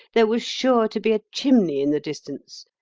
there was sure to be a chimney in the distance,